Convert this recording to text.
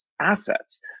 assets